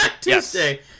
tuesday